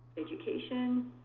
education.